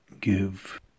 give